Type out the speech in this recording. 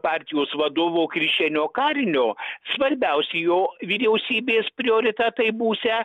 partijos vadovo krišjanio karinio svarbiausi jo vyriausybės prioritetai būsią